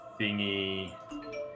thingy